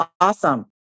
awesome